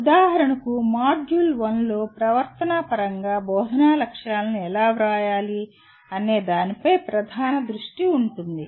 ఉదాహరణకు మాడ్యూల్ 1 లో ప్రవర్తన పరంగా బోధనా లక్ష్యాలను ఎలా వ్రాయాలి అనే దాని పై ప్రధాన దృష్టి ఉంటుంది